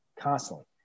constantly